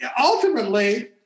ultimately